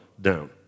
down